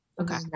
Okay